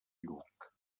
lluc